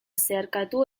zeharkatu